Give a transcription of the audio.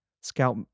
scout